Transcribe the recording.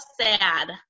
sad